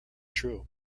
true